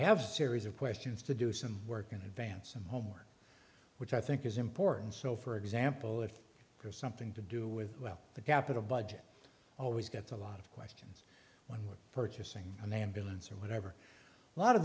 have a series of questions to do some work in advance and homework which i think is important so for example if there's something to do with the capital budget always gets a lot of questions when we're purchasing an ambulance or whatever lot of